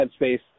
headspace